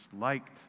liked